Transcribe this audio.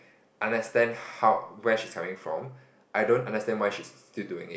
understand how where she's coming from I don't understand why she's still doing it